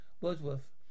Wordsworth